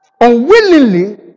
unwillingly